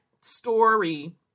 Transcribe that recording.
story